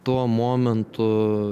tuo momentu